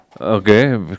Okay